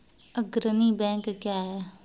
अग्रणी बैंक क्या हैं?